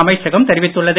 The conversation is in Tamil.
அமைச்சகம் தெரிவித்துள்ளது